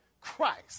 Christ